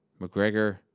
McGregor